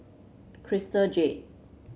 Crystal Jade